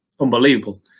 unbelievable